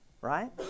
right